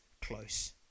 close